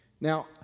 Now